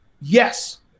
Yes